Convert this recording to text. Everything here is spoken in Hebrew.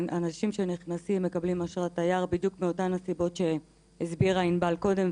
האנשים שנכנסים מקבלים אשרת תייר בדיוק מאותן הסיבות שהסבירה ענבל קודם,